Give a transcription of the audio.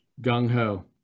gung-ho